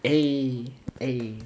eh eh